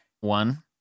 one